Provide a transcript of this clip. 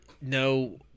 No